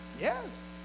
yes